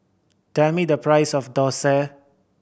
tell me the price of dosa